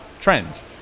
trends